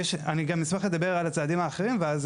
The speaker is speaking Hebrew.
אני גם אשמח לדבר על הצעדים האחרים ואז